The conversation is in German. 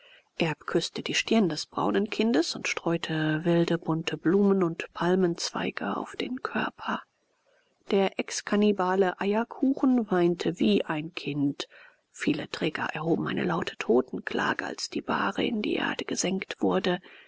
erb küßte die stirn des braunen kindes und streute wilde bunte blumen und palmenzweige auf den körper der exkannibale eierkuchen weinte wie ein kind viele träger erhoben eine laute totenklage als die bahre in die erde gesenkt wurde